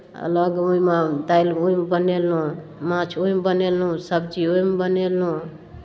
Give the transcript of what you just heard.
अलग ओहिमे दालि ओहिमे बनेलहुँ माछ ओहिमे बनेलहुँ सब्जी ओहिमे बनेलहुँ